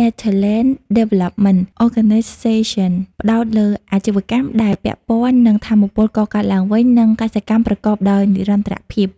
Netherlands Development Organisation ផ្ដោតលើអាជីវកម្មដែលពាក់ព័ន្ធនឹង "ថាមពលកកើតឡើងវិញ" និងកសិកម្មប្រកបដោយនិរន្តរភាព។